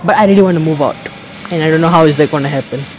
but I really want to move out and I don't know how is that going to happen